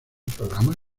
programas